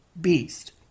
beast